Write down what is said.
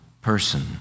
person